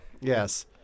Yes